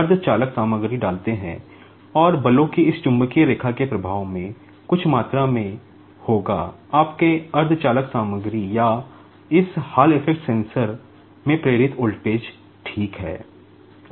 अब यह अर्ध चालक सामग्री या कहें कि सिलिकॉन में प्रेरित वोल्टेज ठीक है